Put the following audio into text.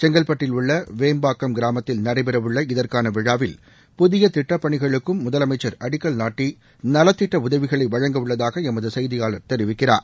செங்கல்பட்டில் உள்ளவேம்பாக்கம் கிராமத்தில் நடைபெறவுள்ள இதற்கானவிழாவில் புதியதிட்டப்பணிகளுக்கும் முதலமைச்சர் நாட்டிநலத்திட்டஉதவிகளைவழங்க அடிக்கல் உள்ளதாகஎமதுசெய்தியாளர் தெரிவிக்கிறார்